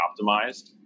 optimized